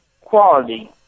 quality